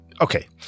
okay